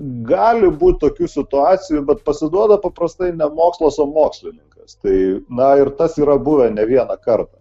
gali būt tokių situacijų bet pasiduoda paprastai ne mokslas o mokslininkas tai na ir tas yra buvę ne vieną kartą